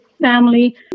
family